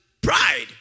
pride